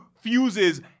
fuses